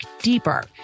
deeper